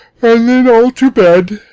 and then all to bed.